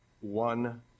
one